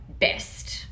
best